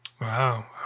Wow